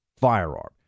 firearm